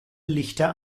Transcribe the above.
lichter